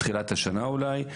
בתחילת השנה אולי,